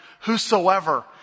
Whosoever